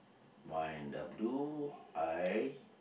why in the blue I